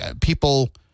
people